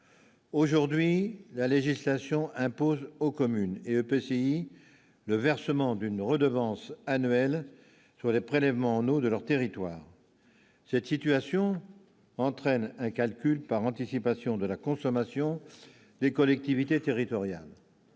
aujourd'hui la législation impose aux communes et EPCI le versement d'une redevance annuelle sur les prélèvements en eau de leur territoire, cette situation entraîne un calcul par anticipation de la consommation des collectivités territoriales,